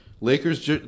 Lakers